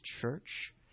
church